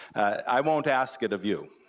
i won't ask it of you,